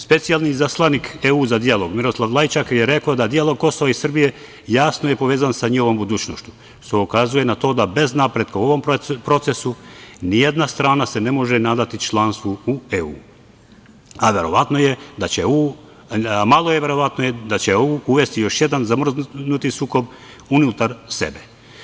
Specijalni izaslanik EU za dijalog, Miroslav Lajčak, rekao je da dijalog Kosova i Srbije jasno je povezan sa njihovom budućnošću, što ukazuje na to da bez napretka u ovom procesu nijedna strana se ne može nadati članstvu u EU, a malo verovatno je da će EU uvesti još jedan zamrznuti sukob unutar sebe.